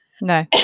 No